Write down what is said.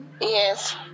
Yes